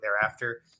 thereafter